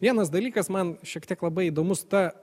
vienas dalykas man šiek tiek labai įdomus ta